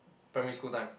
primary school time